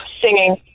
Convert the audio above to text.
Singing